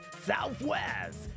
southwest